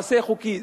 מעשה חוקי.